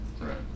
Right